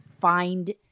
find –